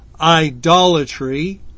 idolatry